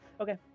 Okay